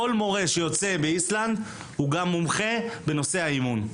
כל מורה לחינוך גופני באיסלנד הוא גם מומחה בנושא האימון.